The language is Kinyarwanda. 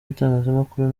itangazamakuru